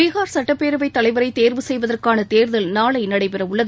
பீகார் சட்டப் பேரவைத் தலைவரை தேர்வு செய்வதற்கான தேர்தல் நாளை நடைபெற உள்ளது